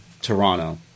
Toronto